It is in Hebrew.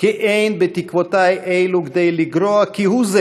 כי אין בתקוותי אלו כדי לגרוע כהוא זה